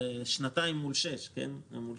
זה שנתיים מול שש שנים,